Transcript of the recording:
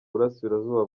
burasirazuba